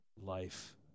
life